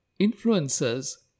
influencers